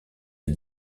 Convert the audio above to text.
les